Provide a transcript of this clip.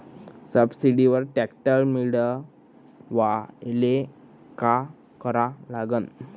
सबसिडीवर ट्रॅक्टर मिळवायले का करा लागन?